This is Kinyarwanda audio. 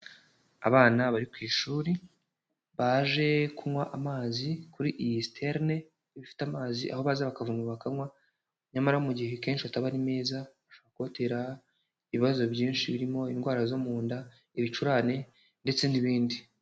Abana bari ku ishuri baje kunywa amazi kuri iyi siterine ifite amazi, aho bakavoma bakanywa nyamara mu gihe akenshi ataba ari meza, kubatera ibibazo byinshi birimo indwara zo mu nda, ibicurane ndetse n'ibindi.